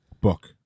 book